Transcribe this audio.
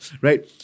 right